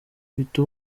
uhita